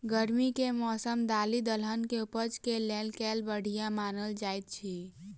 गर्मी केँ मौसम दालि दलहन केँ उपज केँ लेल केल बढ़िया मानल जाइत अछि?